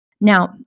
Now